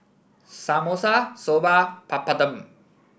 Samosa Soba Papadum